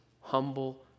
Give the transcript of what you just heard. humble